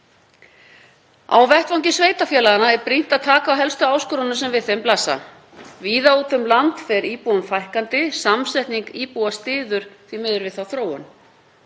Á vettvangi sveitarfélaganna er brýnt að taka á helstu áskorunum sem við þeim blasa. Víða út um land fer íbúum fækkandi, samsetning íbúa styður sömuleiðis við þá þróun.